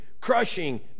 crushing